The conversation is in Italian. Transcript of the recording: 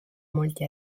molti